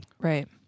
Right